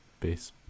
Peace